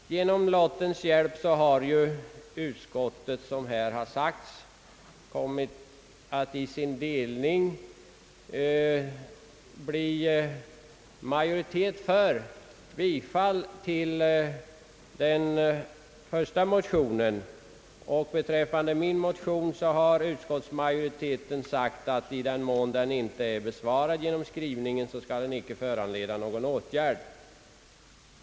Genom lottens hjälp har utskottsmajoriteten, som här har sagts, kommit att vid delningen av utskottet förorda den första motionen. Beträffande min motion har utskottsmajoriteten sagt, att i den mån den inte är besvarad genom skrivningen skall den icke föranleda någon åtgärd.